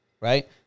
Right